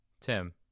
Tim